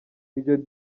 iryo